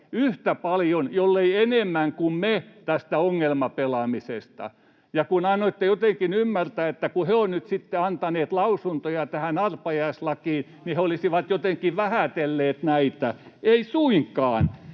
yhtä paljon, jolleivät enemmänkin, kuin me. Ja kun annoitte jotenkin ymmärtää, että kun he ovat nyt sitten antaneet lausuntoja tähän arpajaislakiin, niin he olisivat jotenkin vähätelleet näitä: eivät suinkaan.